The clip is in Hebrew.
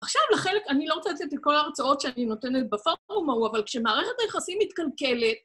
עכשיו לחלק, אני לא רוצה לתת את כל ההרצאות שאני נותנת בפורום ההוא, אבל כשמערכת היחסים מתקלקלת...